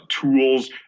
tools